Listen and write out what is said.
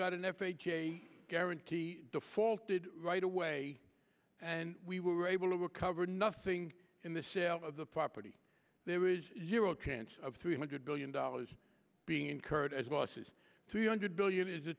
got an f h a guarantee defaulted right away and we were able to recover nothing in the sale of the property there is zero chance of three hundred billion dollars being incurred as a boss's three hundred billion is